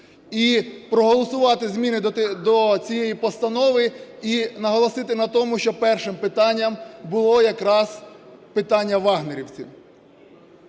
І проголосувати зміни до цієї постанови, і наголосити на тому, щоб першим питанням було якраз питання "вагнерівців".